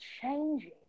changing